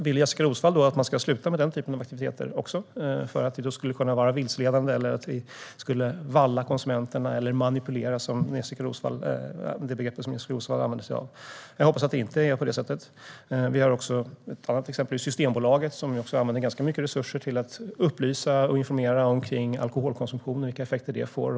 Vill Jessika Roswall att man ska sluta också med denna typ av aktiviteter för att de skulle kunna vara vilseledande eller leda till att vi skulle valla konsumenterna eller manipulera dem, som var det begrepp som Jessika Roswall använde sig av? Jag hoppas att det inte är på det sättet. Vi har också ett annat exempel: Systembolaget, som använder ganska mycket resurser till att upplysa och informera om alkoholkonsumtion och vilka effekter det får.